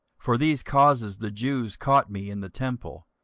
for these causes the jews caught me in the temple,